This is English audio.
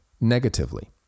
negatively